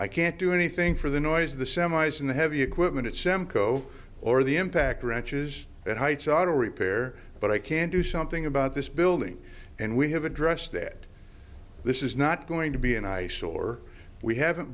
i can't do anything for the noise of the semis and the heavy equipment it semed go or the impact wrenches and heights auto repair but i can do something about this building and we have address that this is not going to be an eyesore we haven't